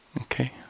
okay